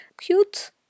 cute